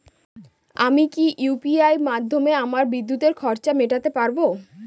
আমি কি ইউ.পি.আই মাধ্যমে আমার বিদ্যুতের খরচা মেটাতে পারব?